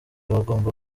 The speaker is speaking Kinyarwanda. bagomba